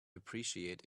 appreciate